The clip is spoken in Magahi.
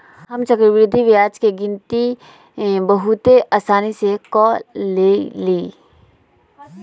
हम चक्रवृद्धि ब्याज के गिनति बहुते असानी से क लेईले